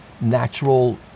natural